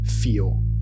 feel